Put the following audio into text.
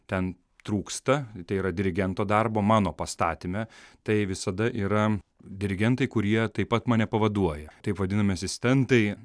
ten trūksta tai yra dirigento darbo mano pastatyme tai visada yra dirigentai kurie taip pat mane pavaduoja taip vadinami asistentai